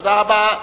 תודה רבה.